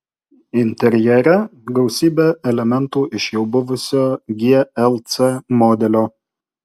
interjere gausybė elementų iš jau buvusio glc modelio